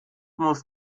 muss